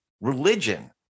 religion